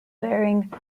wearing